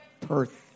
Perth